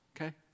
Okay